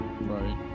Right